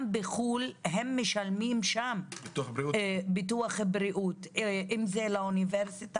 גם בחו"ל הם משלמים ביטוח בריאות לאוניברסיטה